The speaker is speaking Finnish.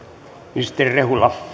arvoisa herra